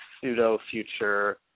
pseudo-future